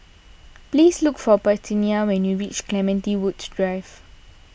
please look for Parthenia when you reach Clementi Woods Drive